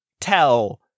tell